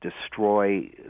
destroy